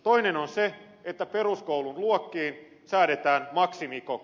toinen on se että peruskoululuokkiin säädetään maksimikoko